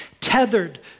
tethered